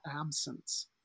absence